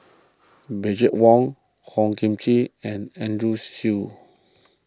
Wong Hor Chim and Andrew Chew